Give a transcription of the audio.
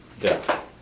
Death